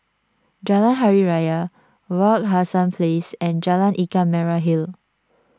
Jalan Hari Raya Wak Hassan Place and Jalan Ikan Merah Hill